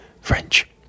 French